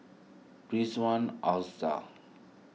Ridzwan Oza